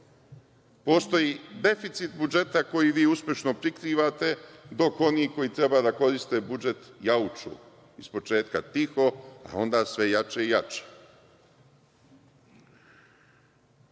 Postoji deficit budžeta koji vi uspešno prikrivate, dok oni koji treba da koriste budžet jauču, iz početka tiho, a onda sve jače i